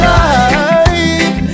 life